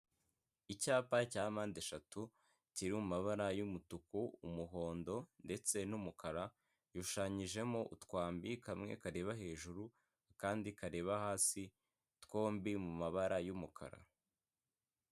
icyapa cya mpandeshatu kiri mu mabara y'umutuku, umuhondo ndetse n'umukara; gishushanyijemo utwambi, kamwe kareba hejuru akandi kareba hasi, twombi mu mabara y'umukara